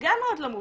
גם מאוד לא מובן,